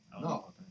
No